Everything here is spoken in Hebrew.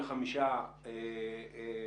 כלומר,